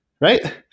right